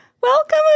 Welcome